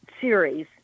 series